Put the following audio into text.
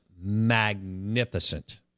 magnificent